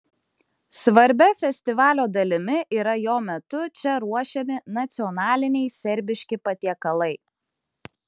svarbia festivalio dalimi yra jo metu čia ruošiami nacionaliniai serbiški patiekalai